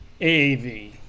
AAV